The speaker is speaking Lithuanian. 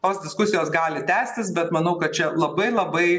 tos diskusijos gali tęstis bet manau kad čia labai labai